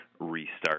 restart